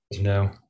No